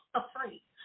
afraid